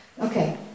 Okay